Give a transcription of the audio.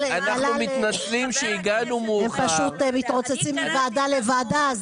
הם פשוט מתרוצצים מוועדה לוועדה.